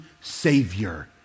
savior